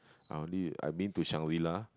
I only I been to Shangri-La